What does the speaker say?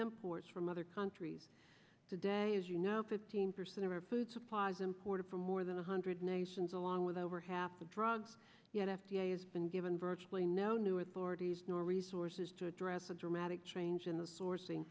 imports from other countries today as you know fifteen percent of our food supply is imported from more than one hundred nations along with over half the drugs yet f d a has been given virtually no new authorities nor resources to address a dramatic change in the sourcing